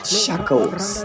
shackles